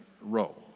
role